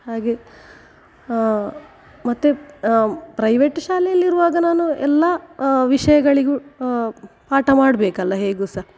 ಹಾಗೆ ಮತ್ತು ಪ್ರೈವೇಟ್ ಶಾಲೆಯಲ್ಲಿರುವಾಗ ನಾನು ಎಲ್ಲ ವಿಷಯಗಳಿಗೂ ಪಾಠ ಮಾಡಬೇಕಲ್ಲ ಹೇಗೂ ಸಹ